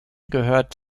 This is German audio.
gehört